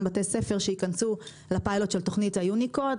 בתי ספר שייכנסו לפיילוט של תוכנית היוניקורן,